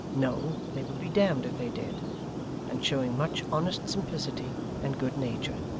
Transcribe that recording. no, they would be damned if they did and showing much honest simplicity and good nature.